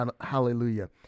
hallelujah